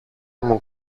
μου